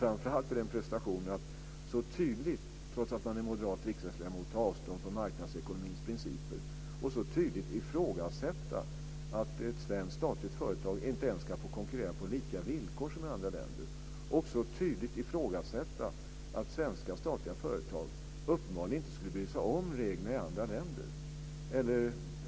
Framför allt är det en prestation att så tydligt, trots att man är moderat riksdagsledamot, ta avstånd från marknadsekonomins principer, så tydligt komma fram med att ett svenskt statligt företag inte ens ska få konkurrera på lika villkor som andra företag i andra länder, att svenska statliga företag uppenbarligen inte ska bry sig om regler i andra länder.